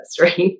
right